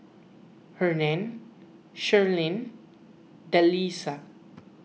Hernan Sharleen and Delisa